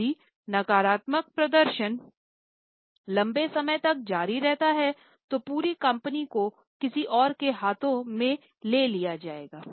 यदि नकारात्मक प्रदर्शन लंबे समय तक जारी रहता है तो पूरी कंपनी को किसी और के हाथों में ले लिया जाएगा